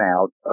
out